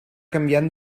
canviant